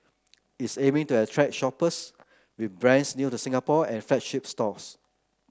it's aiming to attract shoppers with brands new to Singapore and flagship stores